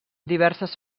diverses